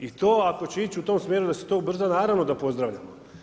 I to ako će ići u tom smjeru da se to ubrza naravno da pozdravljamo.